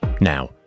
Now